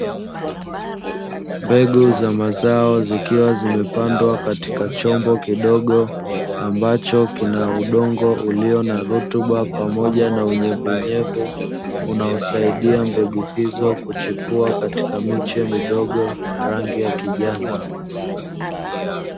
Mbegu za mazao zikiwa zimepandwa katika chombo kidogo, ambacho kina udongo ulio na rutuba pamoja na unyevu unyevu unaosaidia mbegu hizo kuchipua katika miche midogo ya rangi ya kijani.